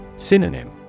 Synonym